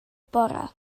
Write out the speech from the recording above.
bore